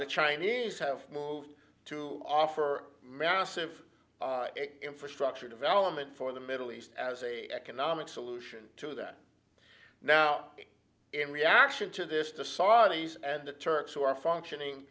the chinese have moved to offer massive infrastructure development for the middle east as a economic solution to that now being in reaction to this to saudis and the turks who are functioning